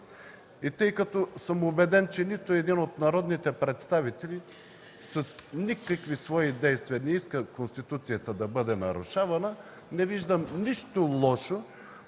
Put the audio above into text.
Тъй като съм убеден, че нито един от народните представители с никакви свои действия не иска Конституцията да бъде нарушавана, не виждам нищо лошо